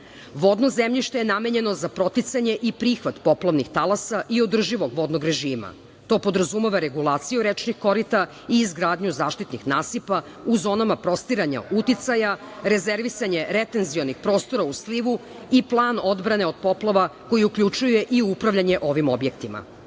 Vodno zemljište je namenjeno za proticanje i prihvat poplavnih talasa i održivog vodnog režima. To podrazumeva regulaciju rečnih korita i izgradnju zaštitnih nasipa u zonama prostiranja uticaja, rezervisanje retenzionih prostora u slivu i plan odbrane od poplava koji uključuje i upravljanje ovim objektima. Ovi